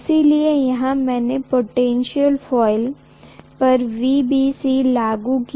इसलिए यहा मैंने पोटेनशीयल कोइल पर VBC लागू किया